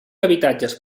habitatges